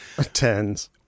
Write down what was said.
Tens